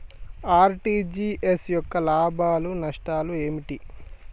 RTGS యొక్క లాభాలు నష్టాలు ఏమిటి?